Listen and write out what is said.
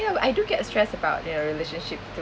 ya I do get stress about their relationship too